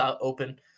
open